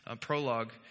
prologue